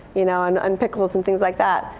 you know and and pickles and things like that.